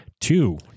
Two